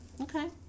Okay